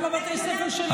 גם בבתי ספר שלכם.